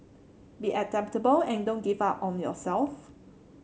be adaptable and don't give up on yourself